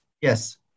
Yes